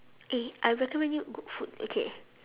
eh I recommend you good food okay